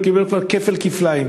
הוא קיבל כבר כפל כפליים.